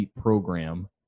program